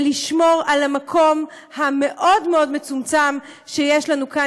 ולשמור על המקום המאוד-מאוד מצומצם שיש לנו כאן.